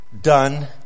done